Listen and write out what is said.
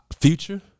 Future